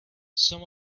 some